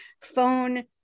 phone